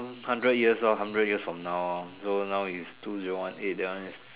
hundred years ah hundred years from now hor so now is two zero one eight that one is